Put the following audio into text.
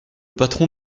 patron